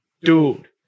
dude